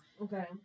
Okay